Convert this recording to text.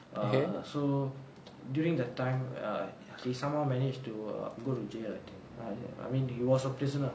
err so during that time err he somehow managed to uh go to jail or I mean he was a prisoner